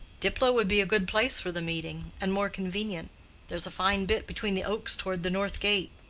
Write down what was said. diplow would be a good place for the meeting, and more convenient there's a fine bit between the oaks toward the north gate.